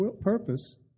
purpose